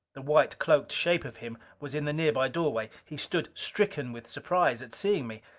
the white-cloaked shape of him was in the nearby doorway. he stood stricken with surprise at seeing me.